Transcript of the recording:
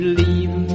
leave